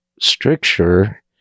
stricture